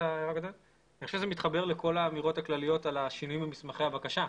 אני חושב שזה מתחבר לכל האמירות הכלליות לגבי השינויים במסמכי הבקשה.